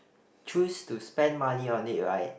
choose to spend money on it right